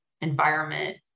environment